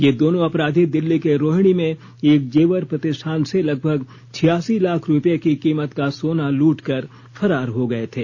ये दोनों अपराधी दिल्ली के रोहिणी में एक जेवर प्रतिष्ठान से लगभग छियासी लाख रुपए की कीमत का सोना लूटकर फरार हो गए थे